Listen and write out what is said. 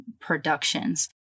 productions